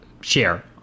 share